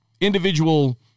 individual